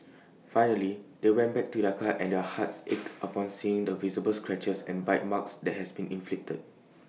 finally they went back to their car and their hearts ached upon seeing the visible scratches and bite marks that has been inflicted